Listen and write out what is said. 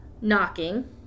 knocking